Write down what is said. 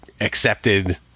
accepted